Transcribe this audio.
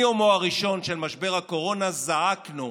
מיומו הראשון של משבר הקורונה זעקנו: